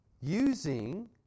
Using